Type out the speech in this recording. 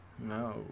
no